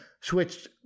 switched